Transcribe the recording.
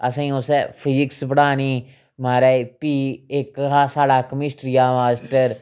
असें गी उस ने फजिक्स पढ़ानी महाराज फ्ही इक हा साढ़ा कमिस्ट्रिया दा मास्टर